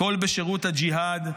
הכול בשירות הג'יהאד.